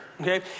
okay